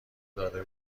داده